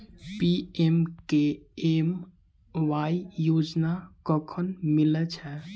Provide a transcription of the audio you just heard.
PMKMY योजना कखन मिलय छै?